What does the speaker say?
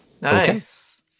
Nice